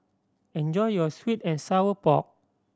enjoy your sweet and sour pork